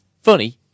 funny